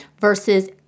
versus